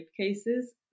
cases